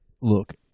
look